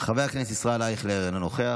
חבר הכנסת ישראל אייכלר, אינו נוכח.